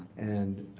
and